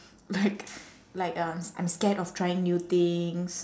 like like um I'm scared of trying new things